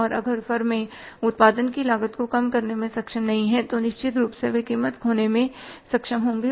और अगर फर्म उत्पादन की लागत को कम करने में सक्षम नहीं है तो निश्चित रूप से वे कीमत खोने में सक्षम होंगे